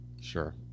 sure